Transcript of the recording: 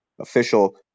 official